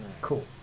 Cool